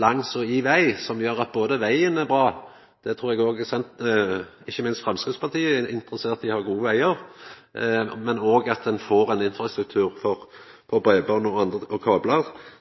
langs og i veg som både gjer at vegen er bra – ikkje minst Framstegspartiet er interessert i å ha gode vegar – og at ein får ein infrastruktur for breiband og